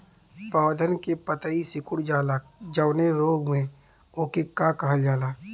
पौधन के पतयी सीकुड़ जाला जवने रोग में वोके का कहल जाला?